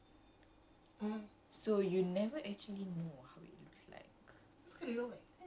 like in the science textbook they always show you macam